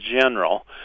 general